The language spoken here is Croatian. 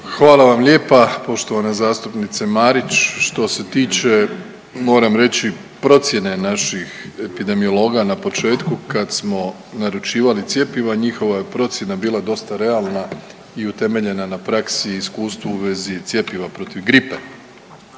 Hvala vam lijepa poštovana zastupnice Marić. Što se tiče moram reći procjene naših epidemiologa na početku kad smo naručivali cjepiva njihova je procjena bila dosta realna i utemeljena na praksi i iskustvu u vezi cjepiva protiv gripe.